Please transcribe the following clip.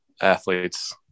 athletes